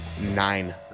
nine